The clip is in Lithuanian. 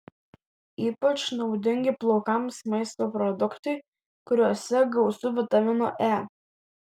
ypač naudingi plaukams maisto produktai kuriuose gausu vitamino e